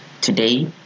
Today